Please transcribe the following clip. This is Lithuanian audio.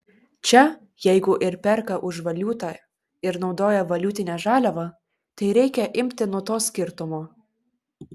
čia jeigu ir perka už valiutą ir naudoja valiutinę žaliavą tai reikia imti nuo to skirtumo